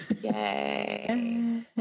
Yay